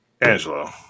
Angelo